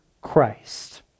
Christ